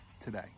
today